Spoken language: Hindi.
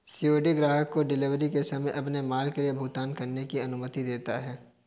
सी.ओ.डी ग्राहक को डिलीवरी के समय अपने माल के लिए भुगतान करने की अनुमति देता है